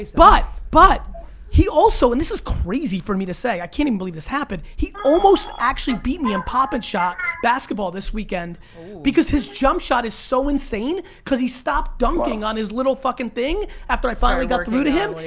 but, but he also, and this is crazy for me to say. i can't even believe this happened. he almost actually beat me in pop and shot basketball this weekend because his jump shot is so insane cause he stopped dunking on his little fucking thing after i finally got through to him, like